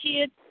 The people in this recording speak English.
kids